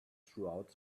throughout